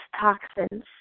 toxins